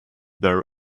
their